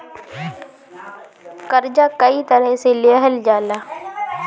कर्जा कई तरह से लेहल जाला